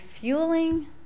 fueling